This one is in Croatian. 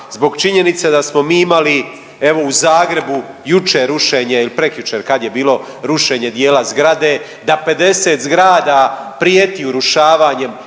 zbog činjenice da smo mi imali evo u Zagrebu jučer rušenje ili prekjučer kad je bilo rušenje dijela zgrade, da 50 zgrada prijeti urušavanjem